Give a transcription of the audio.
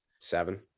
Seven